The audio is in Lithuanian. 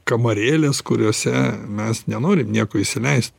kamarėlės kuriose mes nenorim nieko įsileist